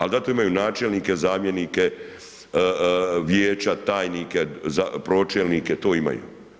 Ali zato imaju načelnike, zamjenike, vijeća, tajnike, pročelnike, to imaju.